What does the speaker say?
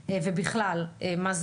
חלקן גם לא